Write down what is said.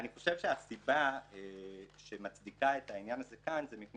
אני חושב שהסיבה שמצדיקה את העניין הזה כאן היא מפני